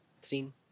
scene